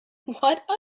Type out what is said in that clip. what